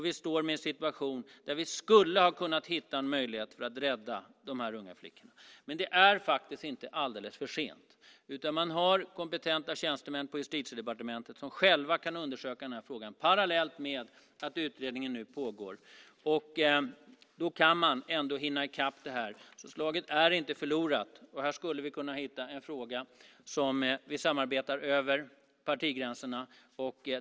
Vi står med en situation där vi skulle ha kunnat hitta en möjlighet att rädda dessa unga flickor. Det är faktiskt inte alldeles för sent. Man har kompetenta tjänstemän på Justitiedepartementet som själva kan undersöka den här frågan parallellt med att utredningen nu pågår. Då kan man hinna i kapp. Slaget är inte förlorat. Här skulle vi kunna hitta en fråga där vi samarbetar över partigränserna.